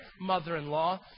mother-in-law